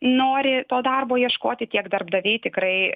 nori to darbo ieškoti tiek darbdaviai tikrai